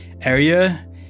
area